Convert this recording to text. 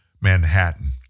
Manhattan